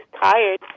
tired